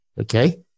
Okay